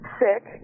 sick